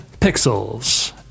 Pixels